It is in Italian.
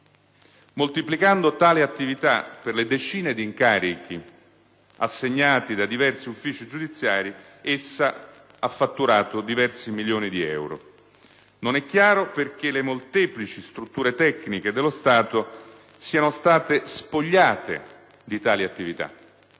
Moltiplicando tale attività per le decine di incarichi assegnati da diversi uffici giudiziari, essa ha fatturato diversi milioni di euro. Non è chiaro perché le molteplici strutture tecniche dello Stato siano state spogliate di tali attività